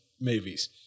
movies